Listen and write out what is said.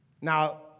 Now